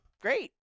great